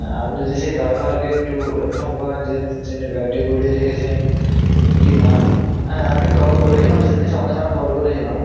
আপনি যদি সেই ড্রাইভারকে একটু ইনফর্ম করেন যে তিনি ব্যাগটিকে কুড়িয়ে রেখেছেন কি না হ্যাঁ আমি কল করেছিলাম সেদিনই সঙ্গে সঙ্গে কল করেছিলাম